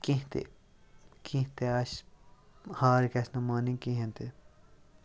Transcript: کیٚنٛہہ تہِ کیٚنٛہہ تہِ آسہِ ہار گژھِ نہٕ مانٕنۍ کِہیٖنۍ تہِ